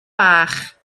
bach